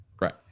Right